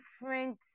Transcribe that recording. different